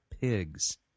pigs